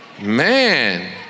Man